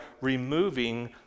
removing